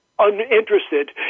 Uninterested